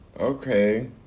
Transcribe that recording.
Okay